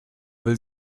will